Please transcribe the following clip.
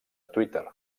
twitter